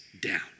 down